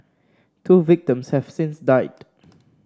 two victims have since died